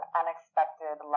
unexpected